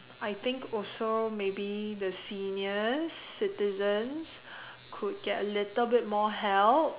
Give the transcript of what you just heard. I think also maybe the seniors citizens could get a little bit more help